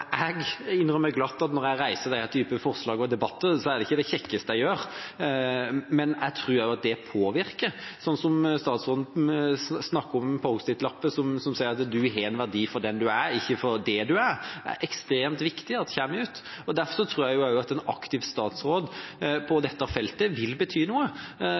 Jeg innrømmer glatt at når jeg reiser denne typen forslag og debatter, er det ikke det kjekkeste jeg gjør, men jeg tror også at det påvirker. Sånn som statsråden snakker om post-it-lapper som sier at man har en verdi for den man er, ikke for det man er – det er ekstremt viktig at det kommer ut. Derfor tror jeg også at en aktiv statsråd på dette feltet vil bety noe.